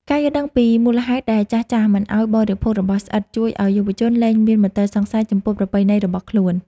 ការយល់ដឹងពីមូលហេតុដែលចាស់ៗមិនឱ្យបរិភោគរបស់ស្អិតជួយឱ្យយុវជនលែងមានមន្ទិលសង្ស័យចំពោះប្រពៃណីរបស់ខ្លួន។